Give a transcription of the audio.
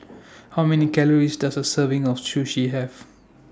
How Many Calories Does A Serving of Sushi Have